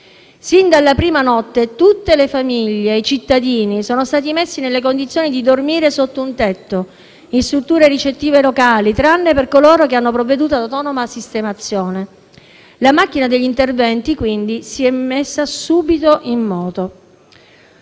Sin dalla prima notte, tutte le famiglie, i cittadini sono stati messi nelle condizioni di dormire sotto un tetto, in strutture ricettive locali, ad eccezione di coloro che hanno provveduto ad autonoma sistemazione. La macchina degli interventi, quindi, si è messa subito in moto.